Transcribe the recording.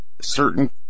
certain